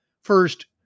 First